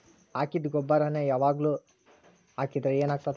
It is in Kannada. ಹಾಕಿದ್ದ ಗೊಬ್ಬರಾನೆ ಯಾವಾಗ್ಲೂ ಹಾಕಿದ್ರ ಏನ್ ಆಗ್ತದ?